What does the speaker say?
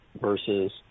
versus